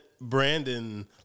Brandon